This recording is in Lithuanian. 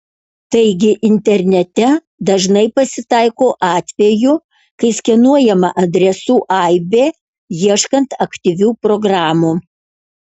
taigi internete dažnai pasitaiko atvejų kai skenuojama adresų aibė ieškant aktyvių programų